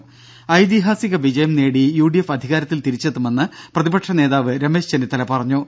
ദേഴ ഐതിഹാസിക വിജയം നേടി യുഡിഎഫ് അധികാരത്തിൽ തിരിച്ചെത്തുമെന്ന് പ്രതിപക്ഷനേതാവ് രമേശ് ചെന്നിത്തല പറഞ്ഞു